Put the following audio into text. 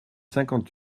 cinquante